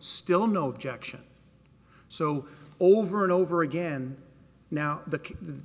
still no objection so over and over again now the